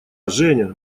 женя